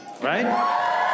right